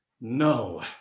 No